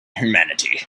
humanity